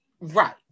Right